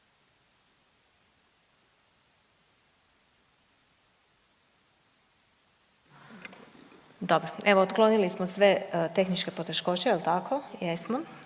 Dobro. Evo, otklonili smo sve tehničke poteškoće, je li tako? Jesmo.